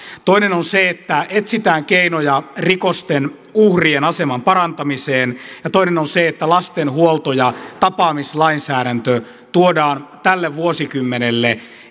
toinen on se että etsitään keinoja rikosten uhrien aseman parantamiseen ja toinen on se että lasten huolto ja tapaamislainsäädäntö tuodaan tälle vuosikymmenelle